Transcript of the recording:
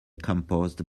composed